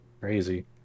Crazy